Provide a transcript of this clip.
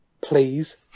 Please